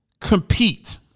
compete